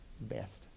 best